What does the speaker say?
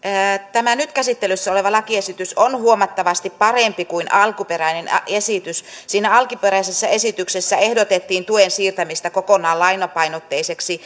tämä nyt käsittelyssä oleva lakiesitys on huomattavasti parempi kuin alkuperäinen esitys siinä alkuperäisessä esityksessä ehdotettiin tuen siirtämistä kokonaan lainapainotteiseksi